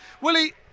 Willie